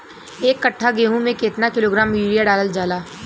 एक कट्टा गोहूँ में केतना किलोग्राम यूरिया डालल जाला?